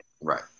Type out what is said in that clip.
Right